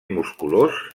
musculós